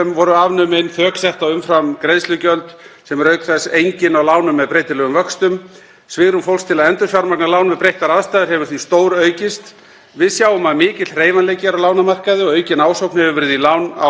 Við sjáum að mikill hreyfanleiki er á lánamarkaði og aukin ásókn hefur verið í lán á föstum vöxtum. Skuldir heimilanna eru nú meira en þriðjungi lægri, í hlutfalli við ráðstöfunartekjur, en fyrir áratug síðan. Í hlutfalli við landsframleiðslu